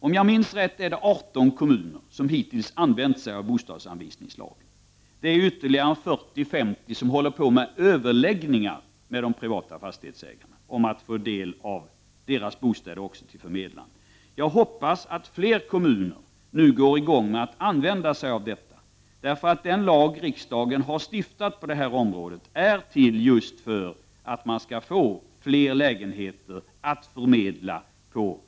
Om jag minns rätt, är det 18 kommuner som hittills har använt bostadsförmedlingslagen, och det är ytterligare 40-50 som har överläggningar med de privata fastighetsägarna om att få del av deras bostäder till bostadsförmedlingen. Jag hoppas att fler kommuner nu börjar använda denna lag. Denna lag som riksdagen har stiftat är just till för att bostadsförmedlingarna skall få fler lägenheter att förmedla.